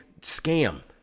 scam